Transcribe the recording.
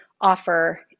offer